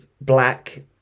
black